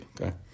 okay